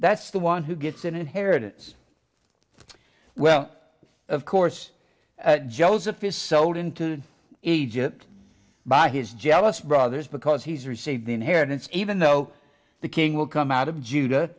that's the one who gets an inheritance well of course joseph is sold into egypt by his jealous brothers because he's received the inheritance even though the king will come out of judah